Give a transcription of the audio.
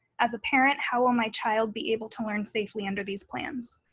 as a parent, how will my child be able to learn safely under these plans?